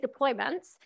deployments